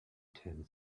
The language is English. ten